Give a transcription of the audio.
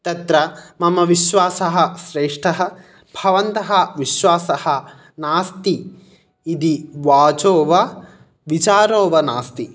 तत्र मम विश्वासः श्रेष्टः भवन्तः विश्वासः नास्ति इति वाचो वा विचारो वा नास्ति